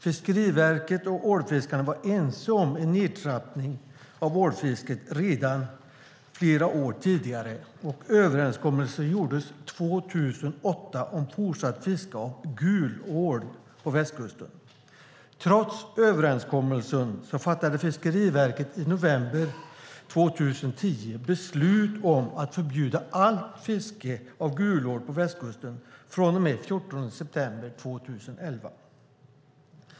Fiskeriverket och ålfiskarna var ense om en nedtrappning av ålfisket redan flera år tidigare, och överenskommelsen gjordes 2008 om fortsatt fiske av gulål på västkusten. Trots överenskommelsen fattade dock Fiskeriverket i november 2010 beslut om att förbjuda allt fiske av gulål på västkusten från och med den 14 september 2011.